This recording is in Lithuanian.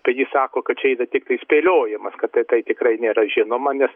tai jis sako kad čia yra tiktai spėliojimas kad tai tai tikrai nėra žinoma nes